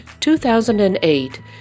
2008